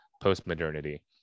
post-modernity